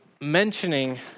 mentioning